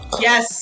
Yes